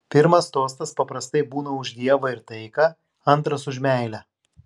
pirmas tostas paprastai būna už dievą ir taiką antras už meilę